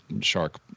shark